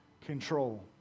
control